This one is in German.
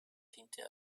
diente